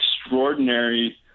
extraordinary